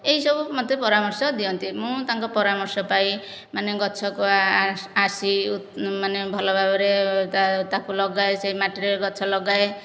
ଏହିସବୁ ମୋତେ ପରାମର୍ଶ ଦିଅନ୍ତି ମୁଁ ତାଙ୍କ ପରାମର୍ଶ ପାଇ ମାନେ ଗଛକୁ ଆସି ମାନେ ଭଲ ଭାବରେ ତାକୁ ଲଗାଏ ସେ ମାଟିରେ ଗଛ ଲଗାଏ